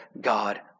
God